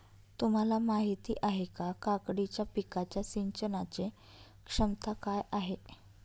तुम्हाला माहिती आहे का, काकडीच्या पिकाच्या सिंचनाचे क्षमता काय आहे?